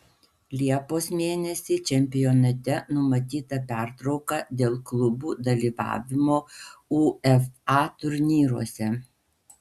liepos mėnesį čempionate numatyta pertrauka dėl klubų dalyvavimo uefa turnyruose